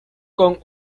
con